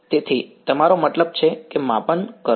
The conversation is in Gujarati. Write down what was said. તેથી તમારો મતલબ છે કે માપન કરો